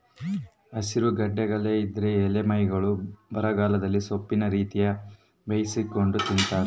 ಹಸಿರುಗಡಲೆ ಇದರ ಎಲೆಗಳ್ನ್ನು ಬರಗಾಲದಲ್ಲಿ ಸೊಪ್ಪಿನ ರೀತಿ ಬೇಯಿಸಿಕೊಂಡು ತಿಂತಾರೆ